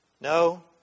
No